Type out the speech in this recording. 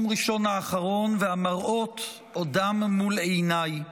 האחרון והמראות עודם מול עיניי.